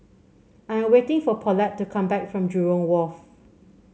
I'm waiting for Paulette to come back from Jurong Wharf